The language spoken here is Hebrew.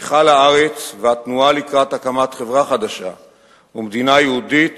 הליכה לארץ והתנועה לקראת הקמת חברה חדשה ומדינה יהודית